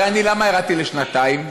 הרי למה ירדתי לשנתיים?